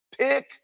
pick